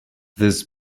this